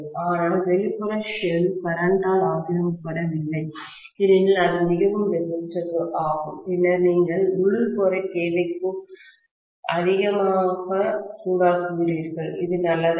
ஆனால் வெளிப்புற ஷெல் கரண்ட்டால் ஆக்கிரமிக்கப்படவில்லை ஏனெனில் அது மிகவும் ரெசிஸ்டிவ் ஆகும் பின்னர் நீங்கள் உள் கோரை தேவைக்கும் அதிகமான சூடாக்குகிறீர்கள் இது நல்லதல்ல